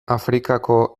afrikako